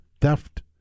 theft